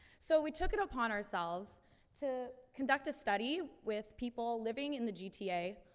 so we took it upon ourselves to conduct a study with people living in the gta,